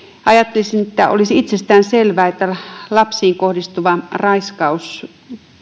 ajattelisin että olisi itsestään selvää että lapsiin kohdistuva raiskaus